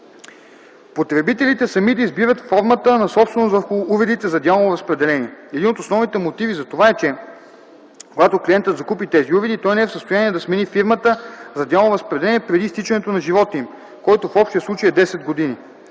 Потребителите сами да избират формата на собственост върху уредите за дялово разпределение. Един от основните мотиви за това е, че когато клиентът закупи тези уреди, той не е в състояние да смени фирмата за дялово разпределение преди изтичането на живота им, който в общия случай е 10 години.